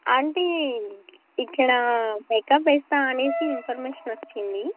aunty ఇక్కడ makeup వేస్తా అనేసి ఇన్ఫర్మేషన్ వచ్చింది